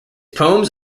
poems